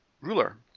ruler